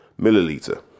milliliter